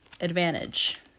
advantage